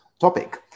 topic